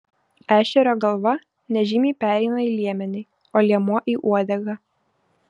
ešerio galva nežymiai pereina į liemenį o liemuo į uodegą